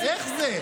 איך זה?